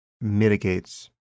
mitigates